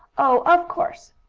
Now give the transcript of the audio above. oh, of course!